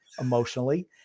emotionally